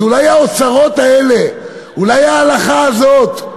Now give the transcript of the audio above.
אז אולי האוצרות האלה, אולי ההלכה הזאת,